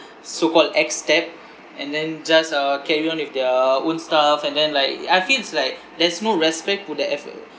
so called x step and then just uh carry on with their own stuff and then like I feel is like there's no respect to that effort